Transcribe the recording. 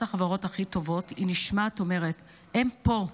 החברות הכי טובות היא נשמעת אומרת: "הם פה,